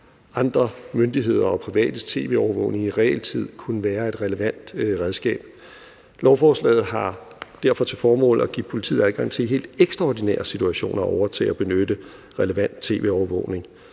andre myndigheders og privates tv-overvågning i realtid kunne være et relevant redskab. Lovforslaget har derfor til formål at give politiet adgang til i helt ekstraordinære situationer at overtage og benytte relevant tv-overvågning.